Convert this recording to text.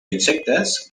insectes